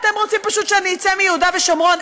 אתם רוצים פשוט שאני אצא מיהודה ושומרון?